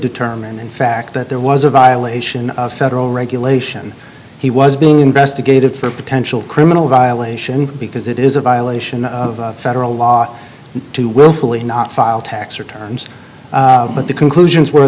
determine in fact that there was a violation of federal regulation he was being investigated for potential criminal violation because it is a violation of federal law to willfully not file tax returns but the conclusions were